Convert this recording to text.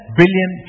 billion